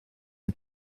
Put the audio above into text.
het